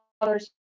others